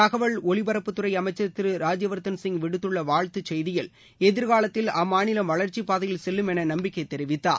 தகவல் ஒலிபரப்புத்துறை அமைச்சர் திரு ராஜ்யவர்தன் சிங் விடுத்துள்ள வாழ்த்து செய்தியில் எதிர்காலத்தில் அம்மாநிலம் வளர்ச்சி பாதையில் செல்லும் என நம்பிக்கை தெரிவித்தார்